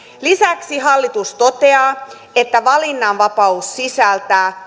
lisäksi hallitus toteaa että valinnanvapaus sisältää